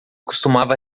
costumava